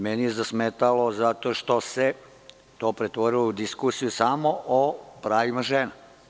Meni je zasmetalo zato što se to pretvorilo u diskusiju samo o pravima žena.